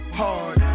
hard